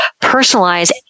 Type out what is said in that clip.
personalize